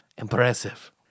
Impressive